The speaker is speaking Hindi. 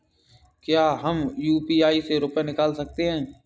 क्या हम यू.पी.आई से रुपये निकाल सकते हैं?